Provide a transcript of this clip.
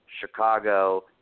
Chicago